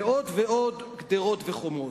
ועוד ועוד גדרות וחומות,